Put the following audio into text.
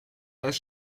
als